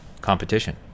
competition